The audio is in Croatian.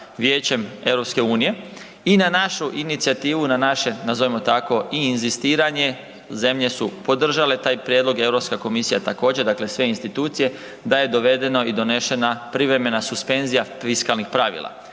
Vijećem EU i na našu inicijativu, na naše nazivamo tako i inzistiranje zemlje su podržale taj prijedlog, Europska komisija također dakle sve institucije, da je dovedeno i donešena privremena suspenzija fiskalnih pravila,